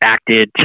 acted